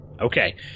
Okay